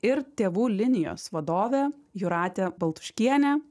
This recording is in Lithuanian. ir tėvų linijos vadovė jūratė baltuškienė